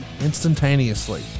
instantaneously